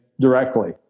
directly